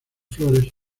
flores